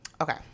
Okay